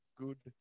good